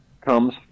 comes